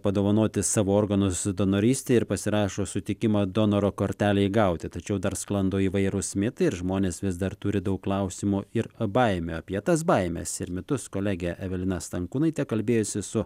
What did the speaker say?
padovanoti savo organus donorystei ir pasirašo sutikimą donoro kortelei gauti tačiau dar sklando įvairūs mitai ir žmonės vis dar turi daug klausimų ir baimių apie tas baimes ir mitus kolegė evelina stankūnaitė kalbėjosi su